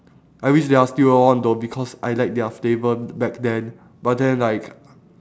I wish they are still all on dhoby cause I like their flavour back then but then like